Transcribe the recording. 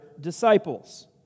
disciples